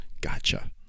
Gotcha